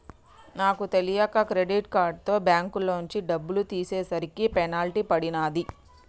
నాకు తెలియక క్రెడిట్ కార్డుతో బ్యేంకులోంచి డబ్బులు తీసేసరికి పెనాల్టీ పడినాది